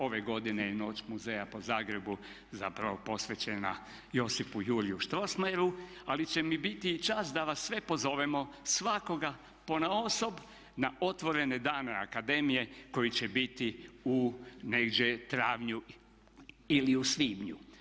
Ove godine je "Noć muzeja" po Zagrebu zapravo posvećena Josipu Jurju Strossmayeru ali će mi biti čast da vas sve pozovemo, svakoga ponaosob na otvorene dane akademije koji će biti u negdje travnju ili u svibnju.